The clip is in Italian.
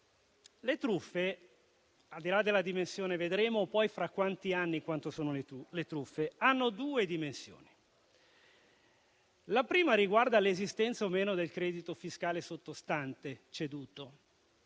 Le truffe, al di là della dimensione (vedremo poi fra qualche anno quante sono le truffe), hanno due dimensioni. La prima riguarda l'esistenza o no del credito fiscale sottostante, ceduto.